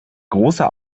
großer